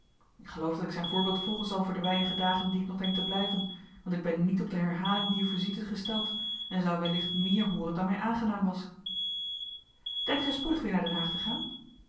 ik geloof dat ik zijn voorbeeld volgen zal voor de weinige dagen die ik nog denk te blijven want ik ben niet op de herhaling dier visites gesteld en zou wellicht meer hooren dan mij aangenaam was denkt gij spoedig weer naar den haag te gaan